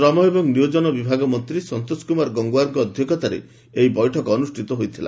ଶ୍ରମ ଏବଂ ନିୟୋଜନ ବିଭାଗ ମନ୍ତ୍ରୀ ସନ୍ତୋଷ କୁମାର ଗଙ୍ଗ୍ୱାର୍କ ଅଧ୍ୟକ୍ଷତାରେ ଏହି ବୈଠକ ଅନୁଷ୍ଠିତ ହୋଇଥିଲା